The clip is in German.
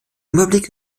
überblick